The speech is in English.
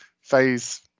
Phase